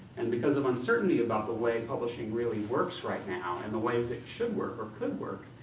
and because of uncertainty about the way publishing really works right now, and the ways it should work or could work,